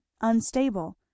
unstable